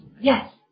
yes